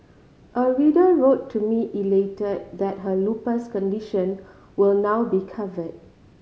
a reader wrote to me elated that her lupus condition will now be covered